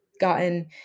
gotten